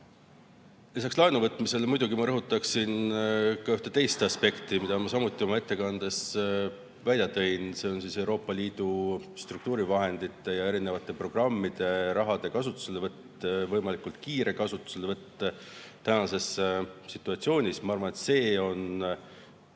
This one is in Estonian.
Lisaks laenu võtmisele ma muidugi rõhutaksin ka ühte teist aspekti, mille ma samuti oma ettekandes välja tõin, see on Euroopa Liidu struktuurivahendite ja erinevate programmide raha kasutuselevõtt, ja võimalikult kiire kasutuselevõtt tänases situatsioonis. Ma arvan, et see võiks